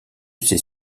ses